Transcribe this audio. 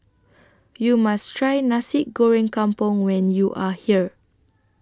YOU must Try Nasi Goreng Kampung when YOU Are here